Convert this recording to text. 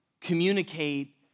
communicate